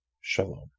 Shalom